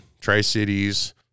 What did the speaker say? Tri-Cities